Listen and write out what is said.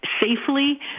safely